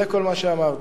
זה כל מה שאמרתי.